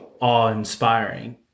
awe-inspiring